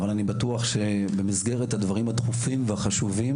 אבל אני בטוח שבמסגרת הדברים הדחופים והחשובים,